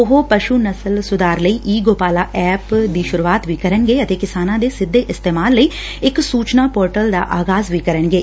ਉਹ ਪਸ੍ਰ ਨਸਲ ਸੁਧਾਰ ਲਈ ਈ ਗੋਪਾਲਾ ਐਪ ਦੀ ਸੁਰੁਆਤ ਵੀ ਕਰਨਗੇ ਅਤੇ ਕਿਸਾਨਾਂ ਦੇ ਸਿੱਧੇ ਇਸਤੇਮਾਲ ਲਈ ਇਕ ਸੁਚਨਾ ਪੋਰਟਲ ਦਾ ਆਗਾਜ਼ ਵੀ ਕਰਨਗੇ